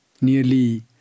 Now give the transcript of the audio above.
nearly